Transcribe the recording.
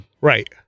Right